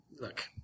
Look